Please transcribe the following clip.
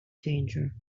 danger